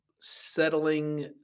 settling